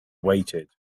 waited